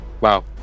Wow